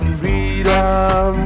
freedom